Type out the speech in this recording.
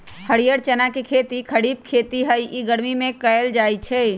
हरीयर चना के खेती खरिफ खेती हइ इ गर्मि में करल जाय छै